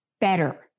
better